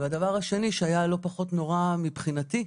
והדבר השני שהיה לא פחות נורא מבחינתי,